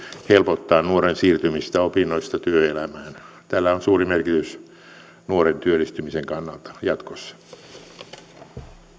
helpottaa nuoren siirtymistä opinnoista työelämään tällä on suuri merkitys nuoren työllistymisen kannalta jatkossa